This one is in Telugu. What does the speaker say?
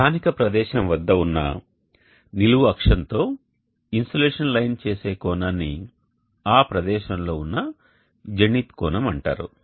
స్థానికం ప్రదేశం వద్ద ఉన్న నిలువు అక్షంతో ఇన్సోలేషన్ లైన్ చేసే కోణాన్ని ఆ ప్రదేశంలో ఉన్న జెనిత్ కోణం అంటారు